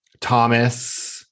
Thomas